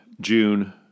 June